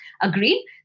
agreed